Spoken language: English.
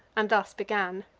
and thus began